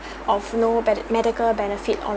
of no bette~ medical benefit